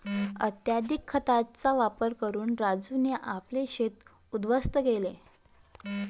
अत्यधिक खतांचा वापर करून राजूने आपले शेत उध्वस्त केले